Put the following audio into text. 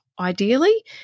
ideally